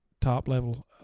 top-level